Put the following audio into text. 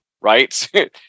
right